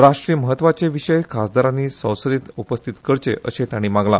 राष्ट्रीय महत्वाचे विषय खासदारानी संसदेत उपस्थित करचे अशेय ताणी मागला